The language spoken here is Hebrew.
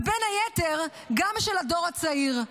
ובין היתר גם של הדור הצעיר.